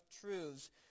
truths